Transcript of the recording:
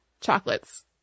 chocolates